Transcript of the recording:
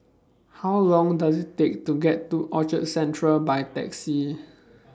How Long Does IT Take to get to Orchard Central By Taxi